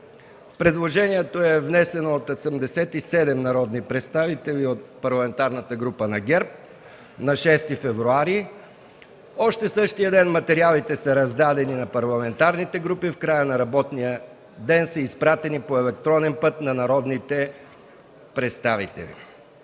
Предложението е внесено от 87 народни представители от Парламентарната група на ГЕРБ на 6 февруари. Още същия ден материалите са раздадени на парламентарните групи. В края на работния ден са изпратени по електронен път на народните представители.